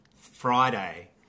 Friday